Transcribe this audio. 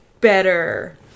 better